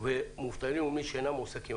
ומובטלים ומי שאינם מועסקים.